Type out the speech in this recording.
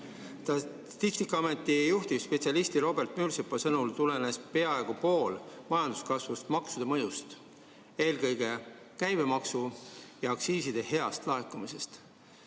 Statistikaameti juhtivspetsialisti Robert Müürsepa sõnul tulenes peaaegu pool majanduskasvust maksude mõjust, eelkõige käibemaksu ja aktsiiside heast laekumisest.